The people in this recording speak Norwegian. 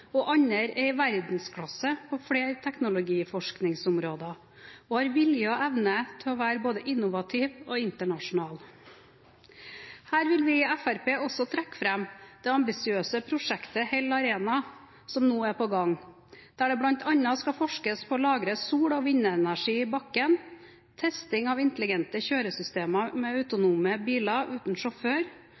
og andre er i verdensklasse på flere teknologiforskningsområder og har vilje og evne til å være både innovative og internasjonale. Her vil vi i Fremskrittspartiet også trekke fram det ambisiøse prosjektet Hell Arena som nå er på gang, der det bl.a. skal forskes på å lagre sol- og vindenergi i bakken, testing av intelligente kjøresystemer med autonome biler uten sjåfør,